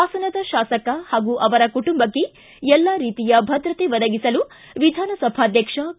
ಹಾಸನದ ಶಾಸಕ ಹಾಗೂ ಅವರ ಕುಟುಂಬಕ್ಕೆ ಎಲ್ಲಾ ರೀತಿಯ ಭದ್ರತೆ ಒದಗಿಸಲು ವಿಧಾನಸಭಾಧ್ವಕ್ಷ ಕೆ